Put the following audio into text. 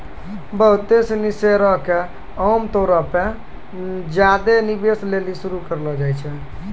बहुते सिनी शेयरो के आमतौरो पे ज्यादे निवेश लेली शुरू करलो जाय छै